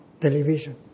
television